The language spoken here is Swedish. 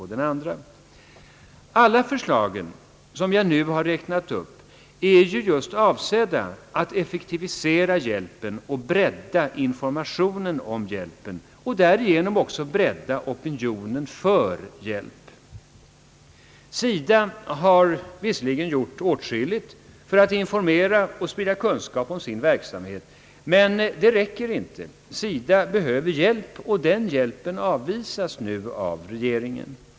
Alla förslagen är avsedda att effektivisera u-hjälpen, bredda informationen om hjälpen och därigenom också bredda opinionen för hjälp. SIDA har visserligen gjort åtskilligt för att informera och sprida kunskap om sin verksamhet, men det räcker inte. SIDA behöver hjälp, och den hjälpen avvisas nu av regeringen.